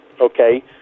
okay